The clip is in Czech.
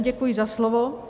Děkuji za slovo.